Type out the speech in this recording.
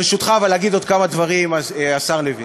ברשותך, אבל, להגיד עוד כמה דברים, השר לוין.